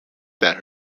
that